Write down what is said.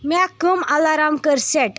مےٚ کٕم الارام کٔرۍ سٮ۪ٹ